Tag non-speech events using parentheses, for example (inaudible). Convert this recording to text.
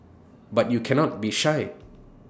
(noise) but you cannot be shy (noise)